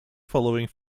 following